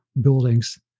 buildings